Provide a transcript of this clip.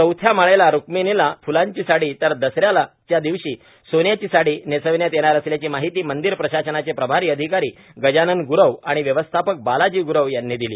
चौथ्या माळेला रुक्मिणीला फुलांची साडी तर दसऱ्याच्या दिवशी सोन्याची साडी नेसवण्यात येणार असल्याची माहिती मंदिर प्रशासनाचे प्रभारी अधिकारी गजानन ग्रव आणि व्यवस्थापक बालाजी ग्रव यांनी दिली